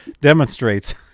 demonstrates